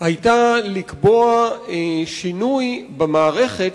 היתה לקבוע שינוי במערכת,